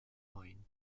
line